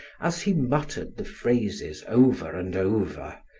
as he muttered the phrases over and over,